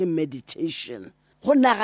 meditation